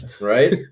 Right